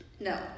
No